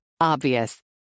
Obvious